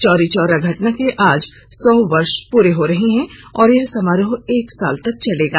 चौरी चौरा घटना के आज सौ वर्ष पूरे हो रहे हैं और यह समारोह एक साल तक चलेगा